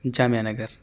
Jamia Nagar